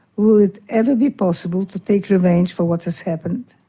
will it ever be possible to take revenge for what has happened.